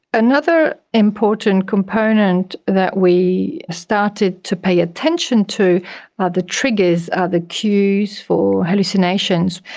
another important component that we started to pay attention to are the triggers, are the cues for hallucinations.